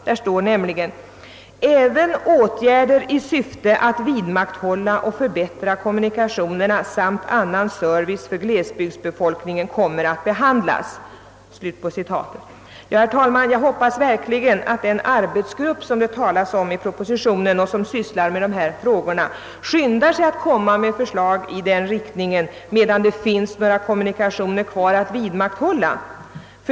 Det står nämligen: »Även åtgärder i syfte att vidmakthålla och förbättra kommunikationerna samt annan service för glesbygdsbefolkningen kommer att behandlas.» Ja, herr talman, jag hoppas verkligen att den arbetsgrupp det talas om i propositionen och som sysslar med dessa frågor skyndar sig att komma med förslag i den riktningen medan det finns några kommunikationer kvar att vidmakthålla.